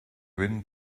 wind